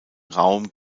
raum